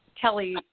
Kelly